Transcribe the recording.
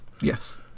Yes